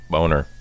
Boner